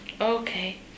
Okay